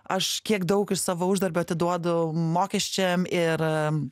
aš kiek daug iš savo uždarbio atiduodavau mokesčiam ir